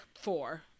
four